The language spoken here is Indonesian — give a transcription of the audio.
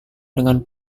dengan